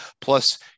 Plus